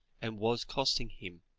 and was costing, him,